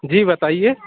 جی بتائیے